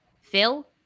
Phil